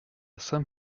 saint